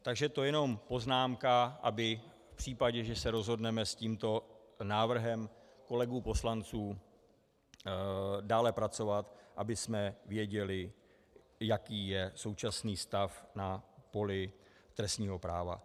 Takže to jenom poznámka, aby v případě, že se rozhodneme s tímto návrhem kolegů poslanců dále pracovat, abychom věděli, jaký je současný stav na poli trestního práva.